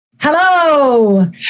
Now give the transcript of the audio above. Hello